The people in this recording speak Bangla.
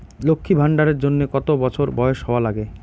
লক্ষী ভান্ডার এর জন্যে কতো বছর বয়স হওয়া লাগে?